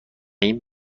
این